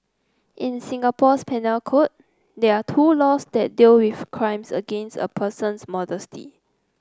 in Singapore's penal code there are two laws that deal with crimes against a person's modesty